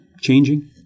changing